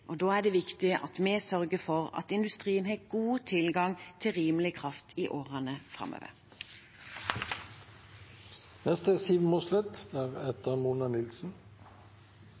Da er det viktig at vi sørger for at industrien har god tilgang på rimelig kraft i årene framover.